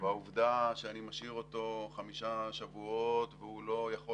והעובדה שאני משאיר אותו חמישה שבועות והוא לא יכול